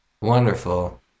wonderful